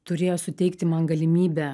turėjo suteikti man galimybę